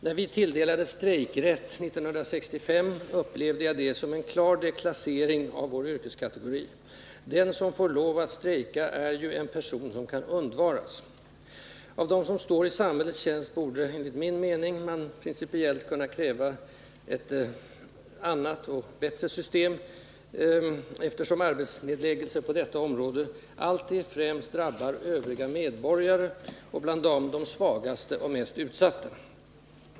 När vi 1965 tilldelades strejkrätt, upplevde jag det som en klar deklassering av vår yrkeskategori. Den som får lov att strejka är ju en person som kan undvaras. För dem som står i samhällets tjänst borde man enligt min mening principiellt kunna kräva ett annat och bättre system, eftersom arbetsnedläggelser inom deras områden alltid främst drabbar övriga medborgare, och bland dem de svagaste och mest utsatta.